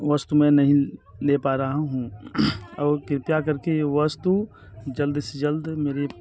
वस्तु मैं नहीं ले पा रहा हूँ और कृपया कर के ये वस्तु जल्द से जल्द मेरी